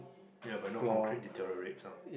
ya but no concrete deteriorates lah